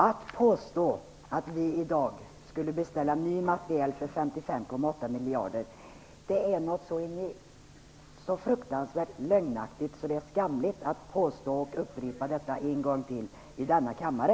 Att påstå att vi i dag skulle beställa ny materiel för 55,8 miljarder är fruktansvärt lögnaktigt. Det är skamligt att påstå något sådant och att upprepa det i denna kammare.